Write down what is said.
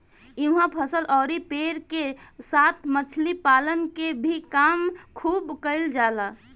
इहवा फसल अउरी पेड़ के साथ मछली पालन के भी काम खुब कईल जाला